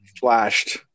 flashed